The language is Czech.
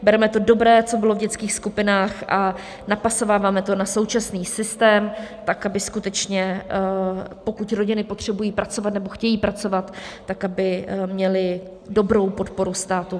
Bereme to dobré, co bylo v dětských skupinách, a napasováváme to na současný systém tak, aby skutečně rodiny, pokud potřebují pracovat nebo chtějí pracovat, tak aby měly dobrou podporu státu.